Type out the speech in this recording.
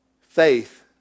faith